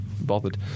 bothered